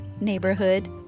neighborhood